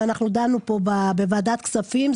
ואנחנו דנו בה פה בוועדת הכספים,